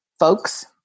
folks